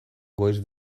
goiz